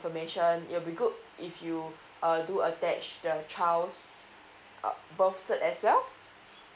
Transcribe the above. information it'll be good if you err do attach the child's uh birth cert as well